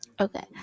okay